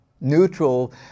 Neutral